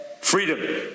freedom